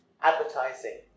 Advertising